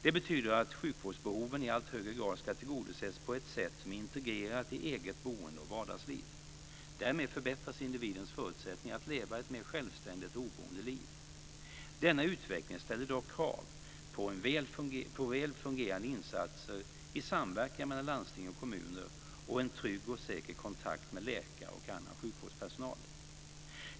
Det betyder att sjukvårdsbehoven i allt högre grad ska tillgodoses på ett sätt som är integrerat i eget boende och vardagsliv. Därmed förbättras individens förutsättningar att leva ett mer självständigt och oberoende liv. Denna utveckling ställer dock krav på väl fungerande insatser i samverkan mellan landsting och kommuner samt en trygg och säker kontakt med läkare och annan sjukvårdspersonal.